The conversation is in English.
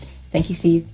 thank you, steve.